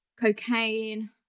cocaine